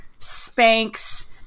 spanx